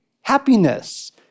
happiness